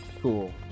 Cool